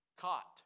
caught